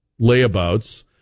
layabouts